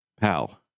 Pal